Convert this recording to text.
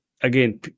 again